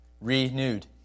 renewed